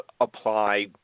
apply